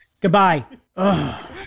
Goodbye